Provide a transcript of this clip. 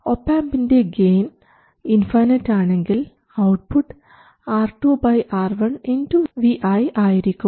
ഒപാംപിൻറെ gain infinite ആണെങ്കിൽ output R2 R1 Vi ആയിരിക്കും